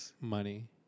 money